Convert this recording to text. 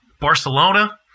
Barcelona